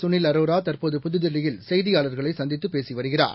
சுனில் அரோரா தற்போது புதுதில்லியில் செய்தியாளர்களை சந்தித்து பேசி வருகிறார்